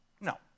No